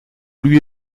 lui